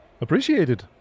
Appreciated